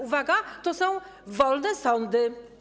Uwaga, to są wolne sądy.